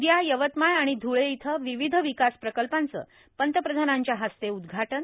उद्या यवतमाळ आणि ध्ळे इथं विविध विकास प्रकल्पांचं पंतप्रधानांच्या हस्ते उद्घाटन